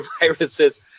viruses